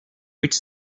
which